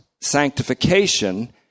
sanctification